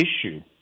issue